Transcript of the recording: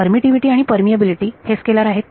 permittivity आणि permeability हे scalar आहेत